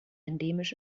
endemisch